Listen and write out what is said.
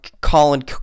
Colin